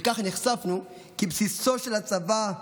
וכך נחשפנו כי בסיסו של הצבא,